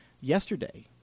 yesterday